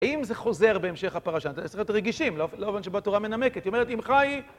אם זה חוזר בהמשך הפרשה, אז צריך להיות רגישים, לאופן שבו התורה מנמקת, היא אומרת אם חי